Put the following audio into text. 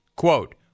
Quote